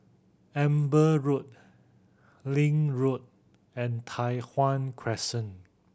Amber Road Link Road and Tai Hwan Crescent